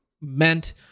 meant